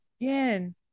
again